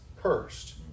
cursed